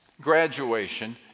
graduation